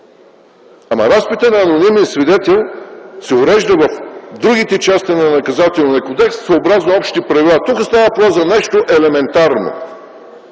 Разпитът на анонимен свидетел се урежда в другите части на Наказателния кодекс съобразно Общите правила. Тук става въпрос за нещо елементарно